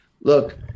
look